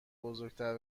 بزرگتر